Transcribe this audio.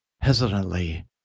Hesitantly